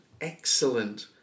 excellent